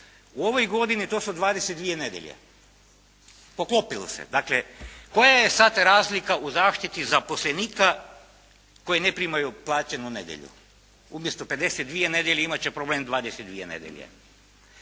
U ovoj godini to su 22 nedjelje. Poklopilo se. Dakle, koja je sad razlika u zaštiti zaposlenika koji ne primaju plaćenu nedjelju, umjesto 52 nedjelje imat će problem 22 nedjelje.